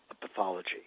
pathology